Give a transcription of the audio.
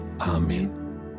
Amen